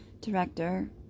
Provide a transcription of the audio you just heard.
director